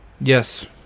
Yes